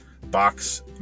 box